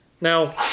Now